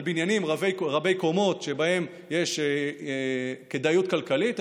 על בניינים רבי-קומות שבהם יש כדאיות כלכלית,